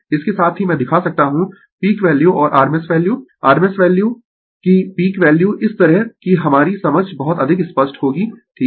इसके साथ ही मैं दिखा सकता हूं पीक वैल्यू और rms वैल्यू rms वैल्यू की पीक वैल्यू इस तरह की हमारी समझ बहुत अधिक स्पष्ट होगी ठीक है